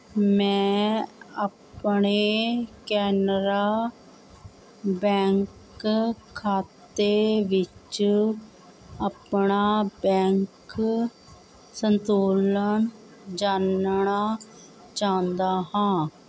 ਮੈਂ ਆਪਣੇ ਕੈਨਰਾ ਬੈਂਕ ਖਾਤੇ ਵਿੱਚ ਆਪਣਾ ਬੈਂਕ ਸੰਤੁਲਨ ਜਾਣਨਾ ਚਾਹੁੰਦਾ ਹਾਂ